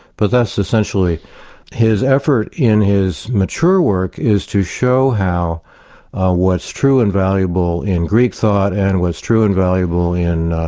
but that's essentially his effort in his mature work is to show how what's true and valuable in greek thought and what's true and valuable in